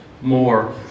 more